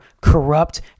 corrupt